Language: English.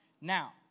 now